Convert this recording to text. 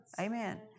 Amen